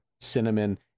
cinnamon